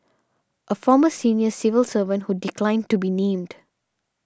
a former senior civil servant who declined to be named